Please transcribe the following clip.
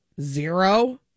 Zero